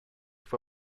fue